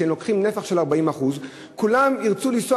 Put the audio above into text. שלוקחות נפח של 40%. כולם ירצו לנסוע